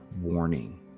warning